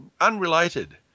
unrelated